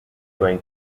going